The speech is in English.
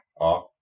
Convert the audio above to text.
off